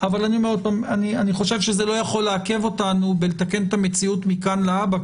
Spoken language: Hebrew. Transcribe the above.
אבל אני חושב שזה לא יכול לעכב אותנו בתיקון המציאות מכאן להבא,